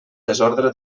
desordre